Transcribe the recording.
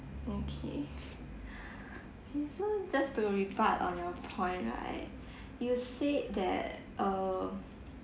okay mmhmm just to rebut on your point right you said that uh